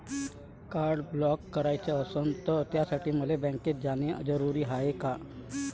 Card block कराच असनं त त्यासाठी मले बँकेत जानं जरुरी हाय का?